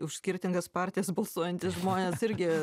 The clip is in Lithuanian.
už skirtingas partijas balsuojantys žmonės irgi